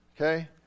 okay